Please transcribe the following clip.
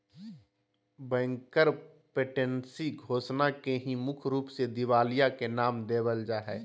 bankruptcy घोषणा के ही मुख्य रूप से दिवालिया के नाम देवल जा हय